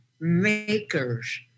makers